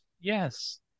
yes